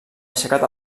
aixecat